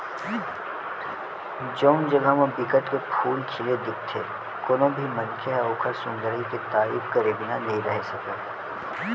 जउन जघा म बिकट के फूल खिले दिखथे कोनो भी मनखे ह ओखर सुंदरई के तारीफ करे बिना नइ रहें सकय